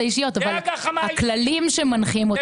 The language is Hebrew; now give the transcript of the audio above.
הכללים שמנחים אותנו כתובים.